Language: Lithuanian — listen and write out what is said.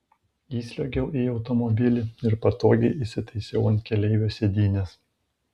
įsliuogiau į automobilį ir patogiai įsitaisiau ant keleivio sėdynės